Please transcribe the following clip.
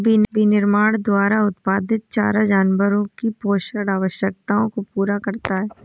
विनिर्माण द्वारा उत्पादित चारा जानवरों की पोषण आवश्यकताओं को पूरा करता है